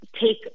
take